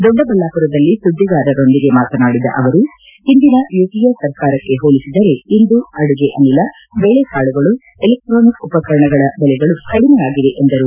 ದೊಡ್ಡಬಳ್ಳಾಪುರದಲ್ಲಿ ಸುದ್ದಿಗಾರರೊಂದಿಗೆ ಮಾತನಾಡಿದ ಅವರು ಹಿಂದಿನ ಯುಪಿಎ ಸರ್ಕಾರಕ್ಷೆ ಹೋಲಿಸಿದರೆ ಇಂದು ಅಡುಗೆ ಅನಿಲ ಬೇಳೆ ಕಾಳುಗಳು ಎಲೆಕ್ಟಾನಿಕ್ಸ್ ಉಪಕರಣಗಳ ಬೆಲೆಗಳು ಕಡಿಮೆ ಆಗಿವೆ ಎಂದರು